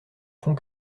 font